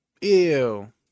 Ew